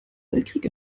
weltkrieg